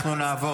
אנחנו נעבור